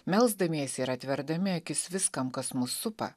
melsdamiesi ir atverdami akis viskam kas mus supa